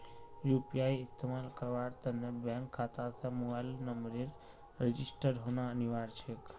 UPI इस्तमाल करवार त न बैंक खाता स मोबाइल नंबरेर रजिस्टर्ड होना अनिवार्य छेक